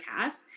cast